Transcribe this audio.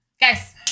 guys